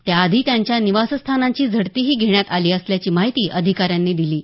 त्या आधी त्यांच्या निवासस्थानांची झडतीही घेण्यात आली असल्याची माहिती अधिकाऱ्यांनी दिली आहे